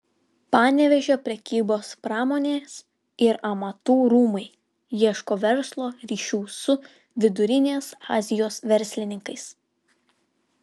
panevėžio prekybos pramonės ir amatų rūmai ieško verslo ryšių su vidurinės azijos verslininkais